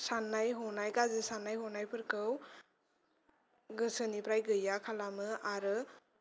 साननाय हनाय गाज्रि साननाय हनायफोरखौ गोसोनिफ्राय गैया खालामो आरो